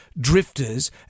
drifters